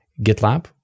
GitLab